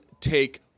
take